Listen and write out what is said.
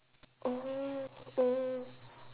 oh oh